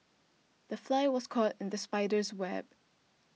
the fly was caught in the spider's web